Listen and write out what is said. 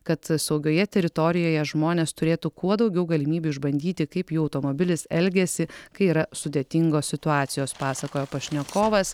kad saugioje teritorijoje žmonės turėtų kuo daugiau galimybių išbandyti kaip jų automobilis elgiasi kai yra sudėtingos situacijos pasakojo pašnekovas